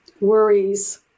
worries